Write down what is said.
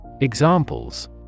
Examples